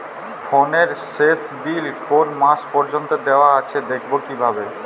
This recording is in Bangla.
ফোনের শেষ বিল কোন মাস পর্যন্ত দেওয়া আছে দেখবো কিভাবে?